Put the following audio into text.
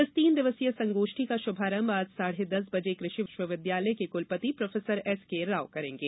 इस तीन दिवसीय संगोष्ठी का शुभारंभ आज साढ़े दस बजे कृषि विश्वविद्यालय के कुलपति प्रोफेसर एसकेराव करेंगे